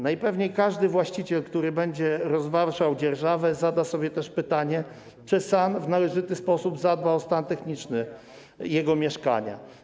Najpewniej każdy właściciel, który będzie rozważał dzierżawę, zada sobie pytanie, czy SAN w należyty sposób zadba o stan techniczny jego mieszkania.